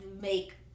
make